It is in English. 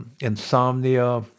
Insomnia